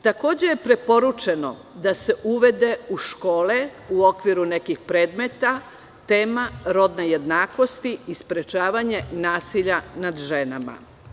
Takođe je preporučeno da se uvede u škole, u okviru nekih predmeta, tema rodne jednakosti i sprečavanje nasilja nad ženama.